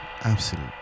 Absolute